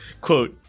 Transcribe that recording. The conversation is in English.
Quote